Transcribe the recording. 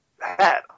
hat